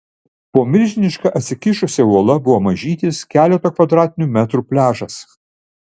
po milžiniška atsikišusia uola buvo mažytis keleto kvadratinių metrų pliažas